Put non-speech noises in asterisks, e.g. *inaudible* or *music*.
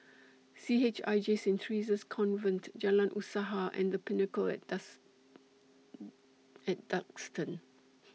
*noise* C H I J Saint Theresa's Convent Jalan Usaha and The Pinnacle At *unintelligible* *hesitation* At Duxton *noise*